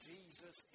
Jesus